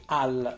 al